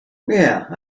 yeah